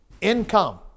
Income